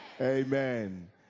Amen